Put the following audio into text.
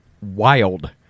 wild